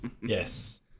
Yes